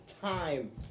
time